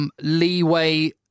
leeway